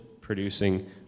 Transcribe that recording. producing